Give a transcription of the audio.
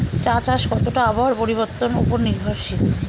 চা চাষ কতটা আবহাওয়ার পরিবর্তন উপর নির্ভরশীল?